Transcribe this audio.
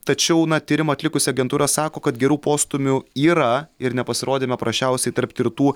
tačiau na tyrimą atlikusi agentūra sako kad gerų postūmių yra ir nepasirodėme prasčiausiai tarp tirtų